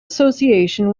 association